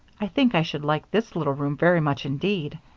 i think i should like this little room very much indeed.